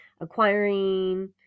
acquiring